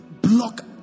block